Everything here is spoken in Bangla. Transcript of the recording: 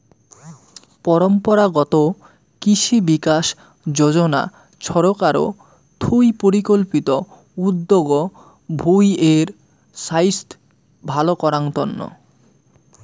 পরম্পরাগত কৃষি বিকাশ যোজনা ছরকার থুই পরিকল্পিত উদ্যগ ভূঁই এর ছাইস্থ ভাল করাঙ তন্ন